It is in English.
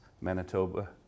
Manitoba